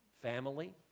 family